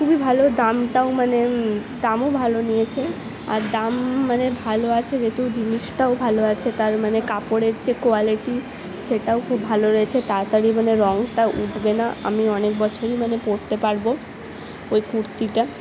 খুবই ভালো দামটাও মানে দামও ভালো নিয়েছে আর দাম মানে ভালো আছে যেহেতু জিনিসটাও ভালো আছে তার মানে কাপড়ের যে কোয়ালিটি সেটাও খুব ভালো হয়েছে তাড়াতাড়ি মানে রঙটা উটবে না আমি অনেক বছরই মানে পরতে পারব ওই কুর্তিটা